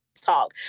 talk